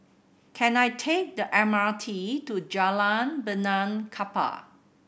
can I take the M R T to Jalan Benaan Kapal